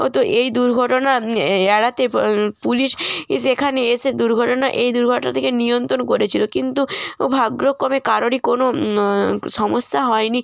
ও তো এই দুর্ঘটনার এএড়াতে পুলিশ এ সেখানে এসে দুর্ঘটনায় এই দুর্ঘটনা থেকে নিয়ন্ত্রণ করেছিলো কিন্তু ভাগ্যক্রমে কারোরই কোনো সমস্যা হয় নি